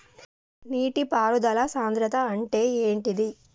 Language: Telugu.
నీటి పారుదల సంద్రతా అంటే ఏంటిది?